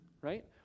right